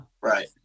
Right